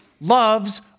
loves